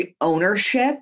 ownership